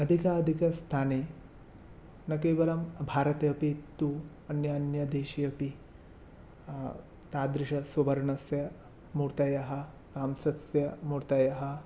अधिकाधिकस्थाने न केवलं भारते अपि तु अन्यान्यदेशे अपि तादृशसुवर्णस्य मूर्तयः काम्सस्य मूर्तयः